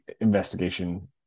investigation